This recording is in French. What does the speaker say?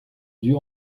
dieu